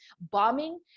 bombing